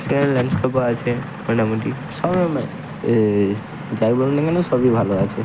সেখানে ল্যান্ডস্কেপও আছে মোটামুটি যাই বলুন না কেন সবই ভালো আছে